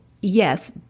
yes